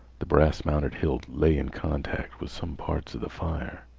the brass-mounted hilt lay in contact with some parts of the fire.